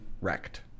wrecked